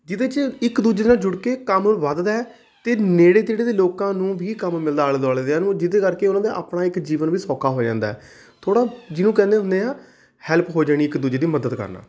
ਜਿਹਦੇ 'ਚ ਇੱਕ ਦੂਜੇ ਦੇ ਨਾਲ ਜੁੜ ਕੇ ਕੰਮ ਵੱਧਦਾ ਹੈ ਅਤੇ ਨੇੜੇ ਤੇੜੇ ਦੇ ਲੋਕਾਂ ਨੂੰ ਵੀ ਕੰਮ ਮਿਲਦਾ ਆਲੇ ਦੁਆਲੇ ਦਿਆਂ ਨੂੰ ਜਿਹਦੇ ਕਰਕੇ ਉਨ੍ਹਾਂ ਦਾ ਆਪਣਾ ਇੱਕ ਜੀਵਨ ਵੀ ਸੌਖਾ ਹੋ ਜਾਂਦਾ ਹੈ ਥੋੜ੍ਹਾ ਜਿਹਨੂੰ ਕਹਿੰਦੇ ਹੁੰਦੇ ਆ ਹੈਲਪ ਹੋ ਜਾਣੀ ਇੱਕ ਦੂਜੇ ਦੀ ਮਦਦ ਕਰਨਾ